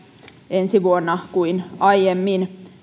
ensi vuonna kuin aiemmin